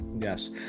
Yes